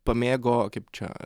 pamėgo kaip čia